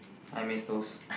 I miss those